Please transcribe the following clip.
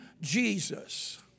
Jesus